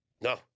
No